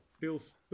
Feels